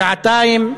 שעתיים,